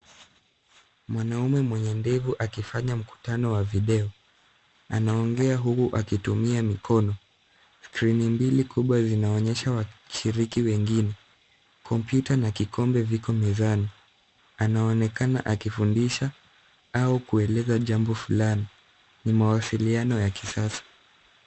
Mwanaume mwenye ndevu akifanya mkutano wa video. Anaongea huku akitumia mikono. Skrini mbili kubwa zinaonyesha washiriki wengine. Kompyuta na kikombe viko mezani. Anaonekana akifundisha au kueleza jambo fulani. Ni mawasiliano ya kisasa.